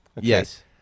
yes